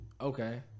Okay